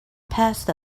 passed